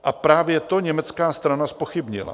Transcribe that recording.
A právě to německá strana zpochybnila.